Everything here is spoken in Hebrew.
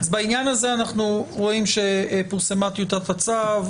אז בעניין הזה אנחנו רואים שפורסמה טיוטת הצו,